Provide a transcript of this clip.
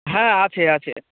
হ্যাঁ আছে আছে